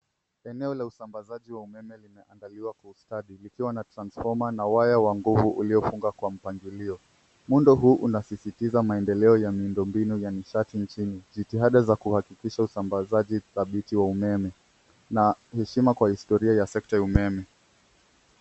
Eneo la usambazaji wa umeme limeandaliwa kwa ustadi, likiwa na transfoma na waya wa nguvu uliofunga kwa mpangilio. Muundo huu unasisitiza maendeleo ya miundo mbinu ya nishati nchini, jitihadi za kuhakikisha usambazaji dhabiti wa umeme na heshima kwa historia ya sekta ya umeme.